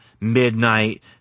midnight